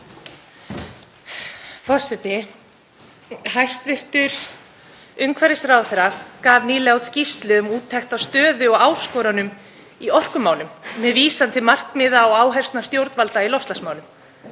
Forseti. Hæstv. umhverfisráðherra gaf nýlega út skýrslu og úttekt um stöðu og áskoranir í orkumálum með vísan til markmiða og áherslna stjórnvalda í loftslagsmálum.